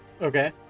Okay